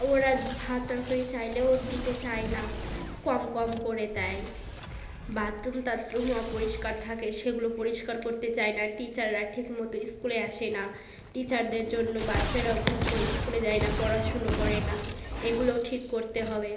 ওরা ভাত তরকারি চাইলেও দিতে চায় না কম কম করে দেয় বাথরুম টাথরুম অপরিষ্কার থাকে সেগুলো পরিষ্কার করতে চায় না টিচাররা ঠিক মতো ইস্কুলে আসে না টিচারদের জন্য বাচ্চারাও ঠিক করে ইস্কুলে যায় না পড়াশুনো করে না এগুলোও ঠিক করতে হবে